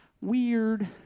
Weird